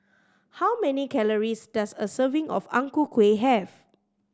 how many calories does a serving of Ang Ku Kueh have